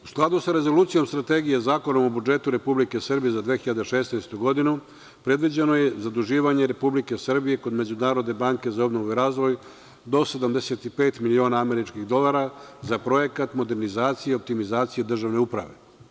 U skladu sa Rezolucijom strategije Zakona o budžetu Republike Srbije za 2016. godinu predviđeno je zaduživanje Republike Srbije kod Međunarodne banke za obnovu i razvoj do 75 miliona američkih dolara za projekat modernizacije i optimizacije državne uprave.